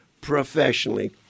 professionally